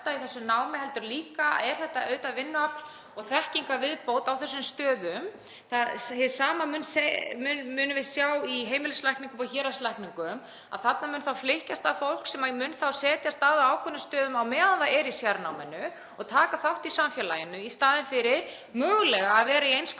þetta líka auðvitað vinnuafl og þekkingarviðbót á þessum stöðum. Hið sama munum við sjá í heimilislækningum og héraðslækningum, þarna mun þá flykkjast að fólk sem mun setjast að á ákveðnum stöðum á meðan það er í sérnáminu og taka þátt í samfélaginu í staðinn fyrir að vera mögulega í eins